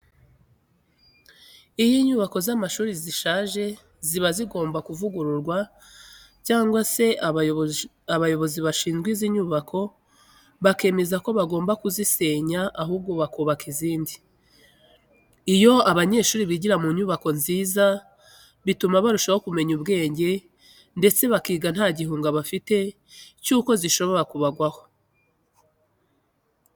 Iyo inyubako z'amashuri zishaje ziba zigomba kuvugururwa cyangwa se abayobozi bashinzwe izi nyubako bakemeza ko bagomba kuzisenya ahubwo bakubaka izindi. Iyo abanyeshuri bigira mu nyubako nziza bituma barushaho kumenya ubwenge ndetse biga nta gihunga bafite cyuko zishobora kubagwaho.